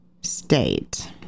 state